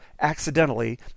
accidentally